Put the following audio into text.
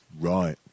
Right